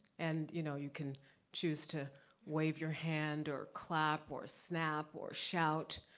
and you know you can choose to wave your hand or clap or snap or shout.